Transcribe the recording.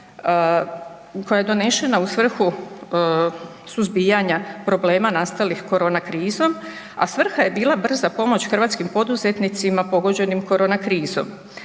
koja je donešena u svrhu suzbijanja problema nastalih korona krizom, a svrha je bila brza pomoć hrvatskim poduzetnicima pogođenim korona krizom.